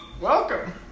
Welcome